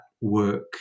work